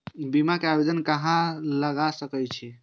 बीमा के आवेदन कहाँ लगा सके छी?